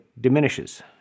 diminishes